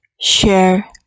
share